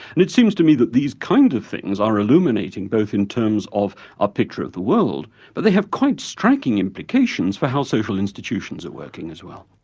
and it seems to me, that these kinds of things are illuminating, both in terms of our picture of the world, but they have quite striking implications for how social institutions are working as well.